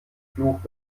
fluch